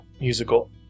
musical